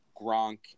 Gronk